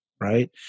right